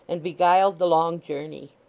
and beguiled the long journey.